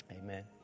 Amen